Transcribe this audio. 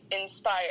inspired